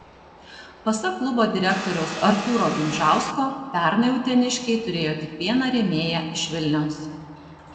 pasak klubo direktoriaus artūro gimžausko pernai uteniškiai turėjo tik vieną rėmėją iš vilniaus